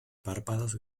párpados